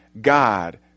God